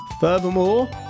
Furthermore